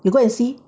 you go and see